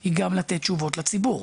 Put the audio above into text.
הוא גם לתת תשובות לציבור.